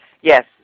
Yes